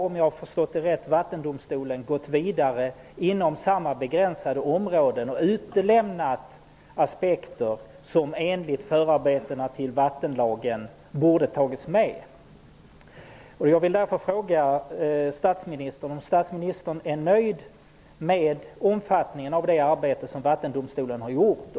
Om jag har förstått det hela rätt, har Vattendomstolen nu gått vidare inom samma begränsade område och utelämnat aspekter som enligt förarbetena till vattenlagen borde ha tagits med. Jag vill därför fråga statsministern om statsministern är nöjd med omfattningen av det arbete som Vattendomstolen har gjort.